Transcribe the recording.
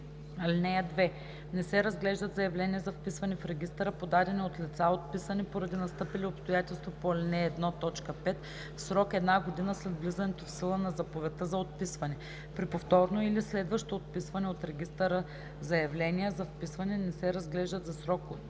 (2) Не се разглеждат заявления за вписване в регистъра, подадени от лица, отписани поради настъпили обстоятелства по ал. 1, т. 5, в срок една година след влизането в сила на заповедта за отписване. При повторно или следващо отписване от регистъра заявления за вписване не се разглеждат за срок две